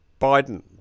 Biden